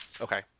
Okay